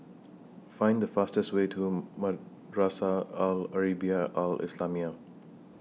Find The fastest Way to Madrasah Al Arabiah Al Islamiah